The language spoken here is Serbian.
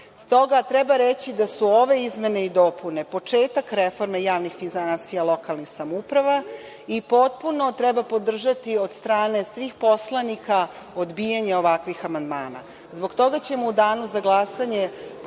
Stoga treba reći da su ove izmene i dopune početak reforme javnih finansija lokalnih samouprava i potpuno treba podržati od strane svih poslanika odbijanje ovakvih amandmana. Zbog toga ćemo u danu za glasanje